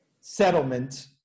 settlement